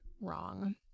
wrong